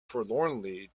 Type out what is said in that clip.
forlornly